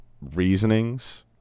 reasonings